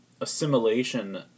assimilation